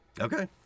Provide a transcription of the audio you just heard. Okay